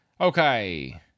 Okay